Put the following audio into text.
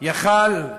יכול,